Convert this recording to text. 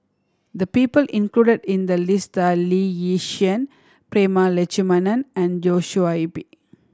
the people included in the list are Lee Yi Shyan Prema Letchumanan and Joshua Ip